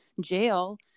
jail